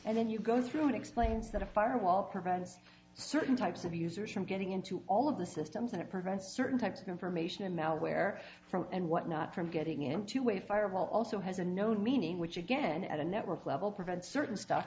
and then you go through it explains that a firewall prevents certain types of users from getting into all of the systems and it prevents certain types of information malware from and whatnot from getting into a firewall also has a known meaning which again at a network level prevent certain stuff